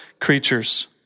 creatures